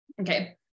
okay